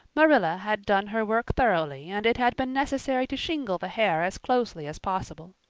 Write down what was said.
marilla had done her work thoroughly and it had been necessary to shingle the hair as closely as possible.